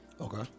Okay